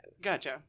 Gotcha